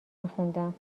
میخوندم